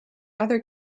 other